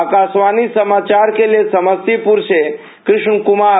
आकाशवाणी समाचार के लिए समस्तीपुर से कृष्ण कुमार